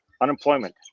unemployment